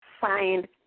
find